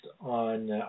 on